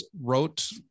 wrote